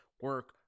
Work